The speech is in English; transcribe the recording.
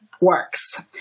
works